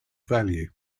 value